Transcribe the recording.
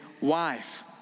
wife